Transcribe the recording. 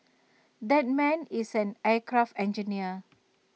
that man is an aircraft engineer